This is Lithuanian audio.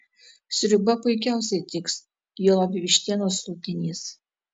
sriuba puikiausiai tiks juolab vištienos sultinys